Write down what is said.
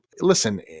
listen